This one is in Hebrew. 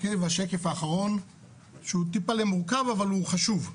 השקף האחרון שהוא טיפל'ה מורכב אבל הוא חשוב.